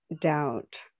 doubt